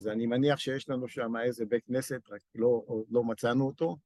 אז אני מניח שיש לנו שם איזה בית כנסת, רק לא מצאנו אותו.